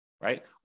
right